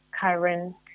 current